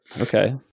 Okay